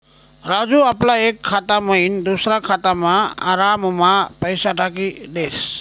राजू आपला एक खाता मयीन दुसरा खातामा आराममा पैसा टाकी देस